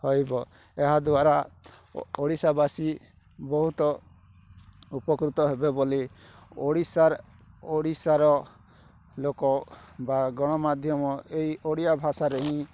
ହୋଇବ ଏହାଦ୍ୱାରା ଓଡ଼ିଶାବାସୀ ବହୁତ ଉପକୃତ ହେବେ ବୋଲି ଓଡ଼ିଶାର ଓଡ଼ିଶାର ଲୋକ ବା ଗଣମାଧ୍ୟମ ଏଇ ଓଡ଼ିଆ ଭାଷାରେ ହିଁ